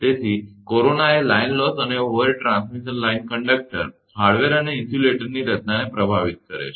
તેથી કોરોના એ line loss અને overhead transmission line conductor hardware અને ઇન્સ્યુલેટરની રચનાને પ્રભાવિત કરે છે